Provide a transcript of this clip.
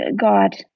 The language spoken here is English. God